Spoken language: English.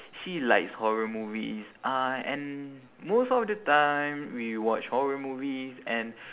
she likes horror movies uh and most of the time we watch horror movies and